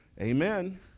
Amen